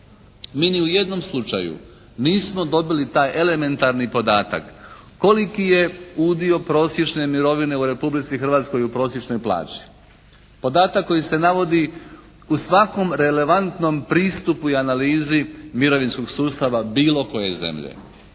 Mi ni u jednom slučaju nismo dobili taj elementarni podatak koliki je udio prosječne mirovine u Republici Hrvatskoj u prosječnoj plaći. Podatak koji se navodi u svakom relevantnom pristupu i analizi mirovinskog sustava bilo koje zemlje